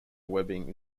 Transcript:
webbing